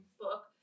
book